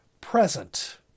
present